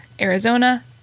Arizona